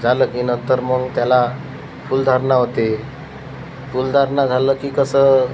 झालं की नंतर मग त्याला फुलधारणा होते फुलधारणा झालं की कसं